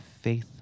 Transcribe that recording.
faith